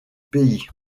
pays